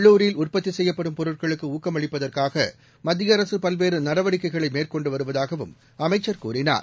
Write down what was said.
உள்ளுரில் உற்பத்திசெய்யப்படும் பொருட்களுக்குஷக்கமளிப்பதற்காகமத்தியஅரசுபல்வேறுநடவடிக்கைகளைமேற்கொண்டுவருவதாகவும் அமைச்சர் கூறினார்